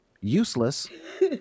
useless